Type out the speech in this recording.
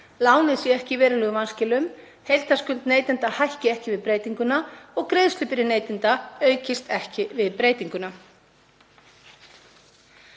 Lánið sé ekki í verulegum vanskilum, heildarskuld neytenda hækki ekki við breytinguna og greiðslubyrði neytenda aukist ekki við breytinguna.